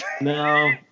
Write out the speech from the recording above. No